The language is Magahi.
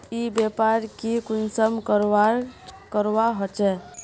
ई व्यापार की कुंसम करवार करवा होचे?